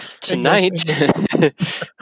Tonight